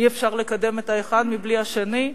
אי-אפשר לקדם את האחד בלי השני,